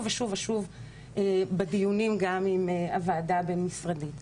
ושוב ושוב בדיונים גם עם הוועדה הבין-משרדית.